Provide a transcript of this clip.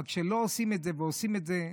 אבל כשלא עושים את זה ועושים את זה,